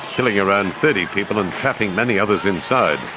killing around thirty people and trapping many others inside.